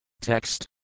Text